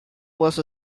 was